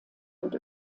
und